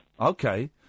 Okay